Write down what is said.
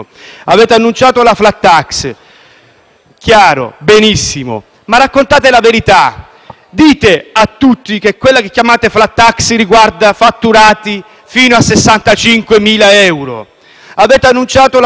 chiaro, benissimo, ma raccontate la verità e dite a tutti che quella che chiamate *flat tax* riguarda fatturati fino a 65.000 euro. Avete annunciato la quota 100: bene, ottimo,